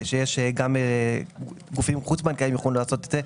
שאמור לאפשר כניסה של עוד שחקנים חוץ בנקאיים גם למגזר התשלומים,